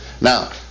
Now